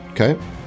Okay